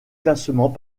classement